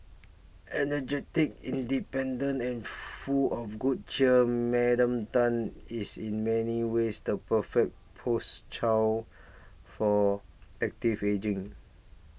energetic independent and full of good cheer Madam Tan is in many ways the perfect post child for active ageing